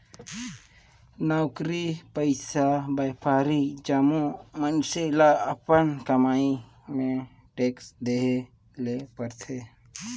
नउकरी पइसा, बयपारी जम्मो मइनसे ल अपन कमई में टेक्स देहे ले परथे